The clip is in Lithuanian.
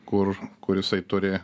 kur kur jisai turi